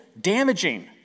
damaging